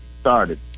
started